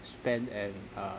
spent and uh